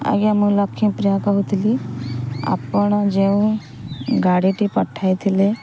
ଆଜ୍ଞା ମୁଁ ଲକ୍ଷ୍ମୀପ୍ରିୟା କହୁଥିଲି ଆପଣ ଯେଉଁ ଗାଡ଼ିଟି ପଠାଇଥିଲେ